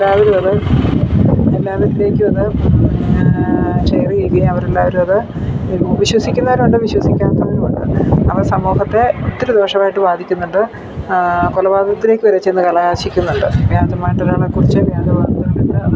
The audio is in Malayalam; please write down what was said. എല്ലാവരും അത് എല്ലാവരിലേക്കും അത് ഷെയർ ചെയ്യുകയും അവർ എല്ലാവരും അത് ഒരു വിശ്വസിക്കുന്നവരും ഉണ്ട് വിശ്വസിക്കാത്തവരും ഉണ്ട് അവ സമൂഹത്തെ ഒത്തിരി ദോഷമായിട്ട് ബാധിക്കുന്നുണ്ട് കൊലപാതകത്തിലേക്ക് വരെ ചെന്നു കലാശിക്കുന്നുണ്ട് വ്യാജമായിട്ട് ഒരാളെ കുറിച്ചു വ്യാജ വാർത്ത കണ്ടിട്ട് അത്